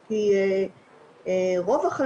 כי בני